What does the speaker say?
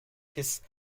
his